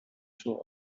two